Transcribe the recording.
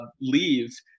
leave